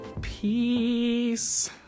Peace